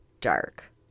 dark